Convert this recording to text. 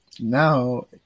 Now